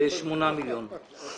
ושמונה מיליון שקלים.